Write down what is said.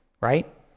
right